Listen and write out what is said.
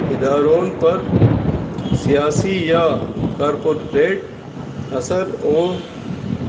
ادارون پر سیاسی یا کارپورٹ اثر ہو